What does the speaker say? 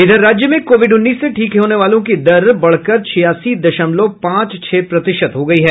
इधर राज्य में कोविड उन्नीस से ठीक होने वालों की दर बढ़कर छियासी दशमलव पांच छह प्रतिशत हो गयी है